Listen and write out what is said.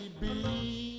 baby